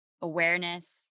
awareness